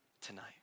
tonight